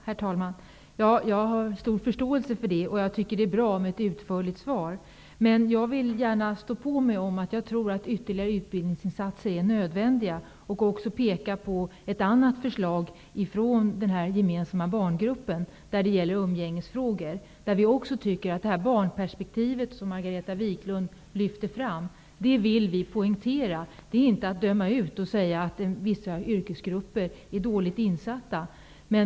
Herr talman! Jag har stor förståelse för detta, och jag tycker att det är bra med ett utförligt svar. Men jag vill gärna stå på mig. Jag tror att ytterligare utbildningsinsater är nödvändiga. Jag vill också peka på ett annat förslag från denna gemensamma barngrupp som gäller umgängesfrågor. Det barnperspektiv som Margareta Viklund lyfte fram vill vi poängtera. Det är inte att döma ut vissa yrkesgrupper som dåligt insatta.